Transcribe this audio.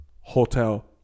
Hotel